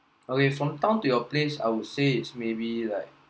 okay from town to your place I would say it's maybe like